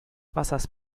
wassers